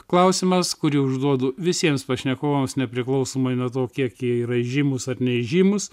klausimas kurį užduodu visiems pašnekovams nepriklausomai nuo to kiek jie yra įžymūs ar neįžymūs